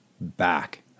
back